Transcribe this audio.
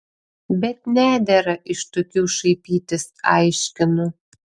bet nedera iš tokių šaipytis aiškinu